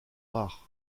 rares